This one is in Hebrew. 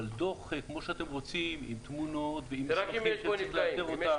אבל דוח כמו שאתם רוצים עם תמונות צריך לאתר אותם.